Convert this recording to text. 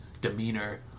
demeanor